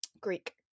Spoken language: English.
Greek